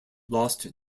lost